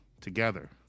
Together